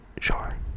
sure